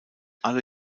alle